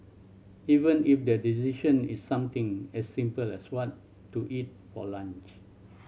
even if the decision is something as simple as what to eat for lunch